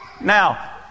Now